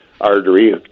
artery